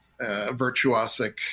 virtuosic